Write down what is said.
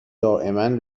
دائما